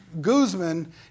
Guzman